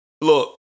Look